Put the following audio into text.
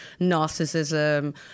narcissism